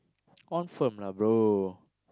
confirm lah bro